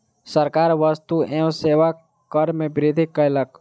सरकार वस्तु एवं सेवा कर में वृद्धि कयलक